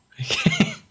Okay